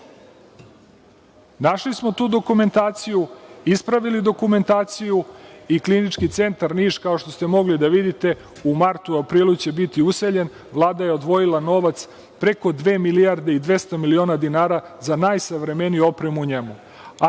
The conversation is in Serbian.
Našli smo tu dokumentaciju, ispravili dokumentaciju i Klinički centar Niš, kao što ste mogli da vidite, u martu, aprilu će biti useljen. Vlada je odvojila novac. Preko dve milijarde i 200 miliona dinara za najsavremeniju opremu u njemu. Dobro